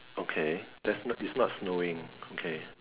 okay definite is not snowing okay